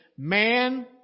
Man